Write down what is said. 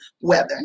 weather